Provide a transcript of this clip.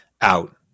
out